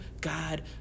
God